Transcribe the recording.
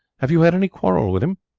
have you had any quarrel with him?